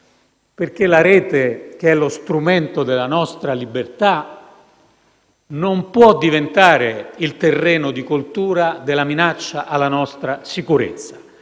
network*. La rete, che è lo strumento della nostra libertà, non può diventare il terreno di coltura della minaccia alla nostra sicurezza.